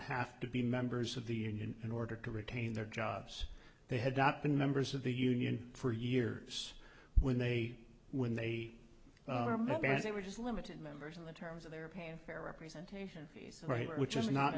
have to be members of the union in order to retain their jobs they had not been members of the union for years when they when they were just limited members in the terms of their pay and fair representation he's right which is not a